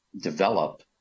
develop